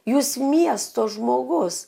jūs miesto žmogus